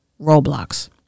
Roblox